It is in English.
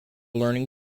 learning